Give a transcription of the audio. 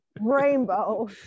Rainbow